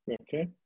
Okay